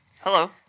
Hello